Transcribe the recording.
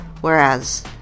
Whereas